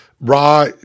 raw